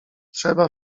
trzeba